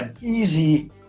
easy